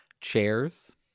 Chairs